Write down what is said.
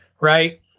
right